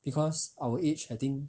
because our age I think